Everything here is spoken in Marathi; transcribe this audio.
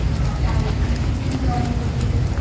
हां चालेल आणि किचन ट्रॉली वगैरे